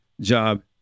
job